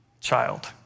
child